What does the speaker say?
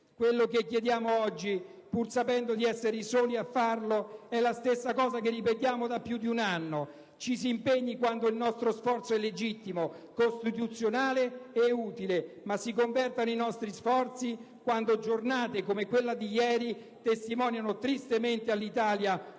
futuro. Quello che chiediamo oggi, pur sapendo di essere i soli a farlo, è la stessa cosa che ripetiamo da più di un anno: ci si impegni quando il nostro sforzo è legittimo, costituzionale e utile, ma si convertano i nostri sforzi quando giornate come quella di ieri testimoniano tristemente all'Italia